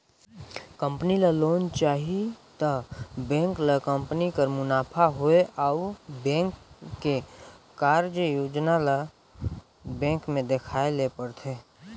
company ल loan चाही त बेंक ल कंपनी कर मुनाफा होए अउ बेंक के कारज योजना ल बेंक में देखाए ले परथे